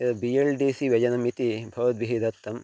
यद् B L D C व्यजनम् इति भवद्भिः दत्तं